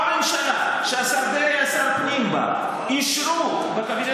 בממשלה שהשר דרעי היה שר פנים בה אישרו בקבינט